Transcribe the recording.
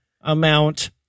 amount